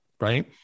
right